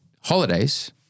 holidays